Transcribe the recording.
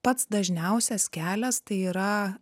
pats dažniausias kelias tai yra